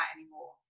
anymore